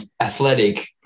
athletic